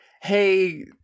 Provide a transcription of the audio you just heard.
hey